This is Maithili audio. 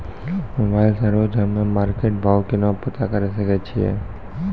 मोबाइल से रोजे हम्मे मार्केट भाव केना पता करे सकय छियै?